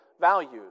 values